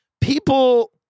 People